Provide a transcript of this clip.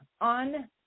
on